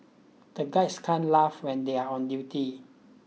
the guys can't laugh when they are on duty